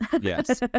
Yes